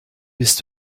bist